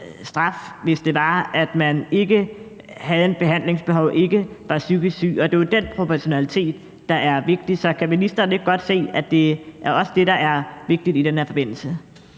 hvis man ikke havde et behandlingsbehov og ikke var psykisk syg? Det er jo den proportionalitet, der er vigtig. Så kan ministeren ikke godt se, at det også er det, der er vigtigt i den her forbindelse?